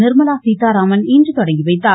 நிர்மலா சீதாராமன் இன்று தொடங்கி வைத்தார்